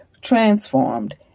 transformed